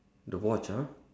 the watch ah